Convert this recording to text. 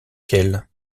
qu’elle